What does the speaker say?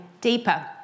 deeper